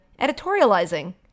editorializing